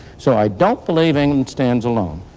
so i don't believe england stands alone.